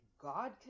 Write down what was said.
God